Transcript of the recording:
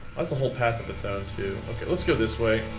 that's a whole path of it's own too, let's go this way.